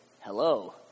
hello